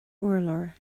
urlár